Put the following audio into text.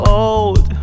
old